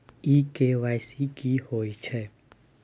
इ के.वाई.सी की होय छै?